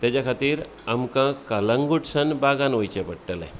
तेजे खातीर आमकां कालांगुटसान बागान वयचें पडटलें